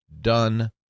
done